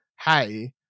hey